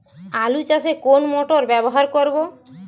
আলু চাষে কোন মোটর ব্যবহার করব?